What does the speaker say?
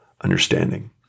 understanding